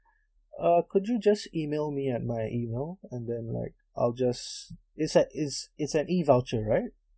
uh could you just email me at my email and then like I'll just is that is is an E voucher right